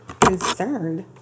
concerned